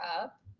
up